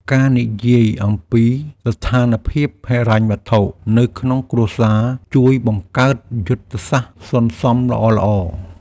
ការនិយាយអំពីស្ថានភាពហិរញ្ញវត្ថុនៅក្នុងគ្រួសារជួយបង្កើតយុទ្ធសាស្ត្រសន្សុំល្អៗ។